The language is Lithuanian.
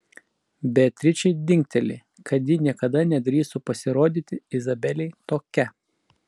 beatričei dingteli kad ji niekada nedrįstų pasirodyti izabelei tokia